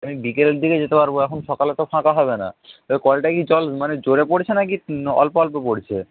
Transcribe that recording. আমি বিকেলের দিকে যেতে পারবো এখন সকালে তো ফাঁকা হবে না এবার কলটা কি জল মানে জোরে পড়ছে না কি অল্প অল্প পড়ছে